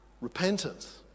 repentance